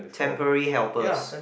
temporary helpers